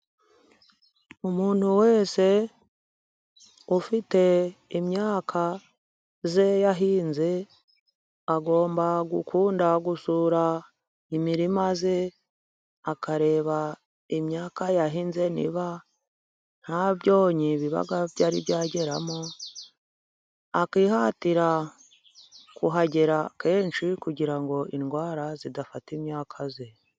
Umuntu wese ufite imyaka ye yahinze, agomba gukunda gusura imirima maze akareba imyaka yahinze niba nta byonyi biba byari byageramo, akihatira kuhagera kenshi kugira ngo indwara zidafata imyaka ye.